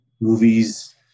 movies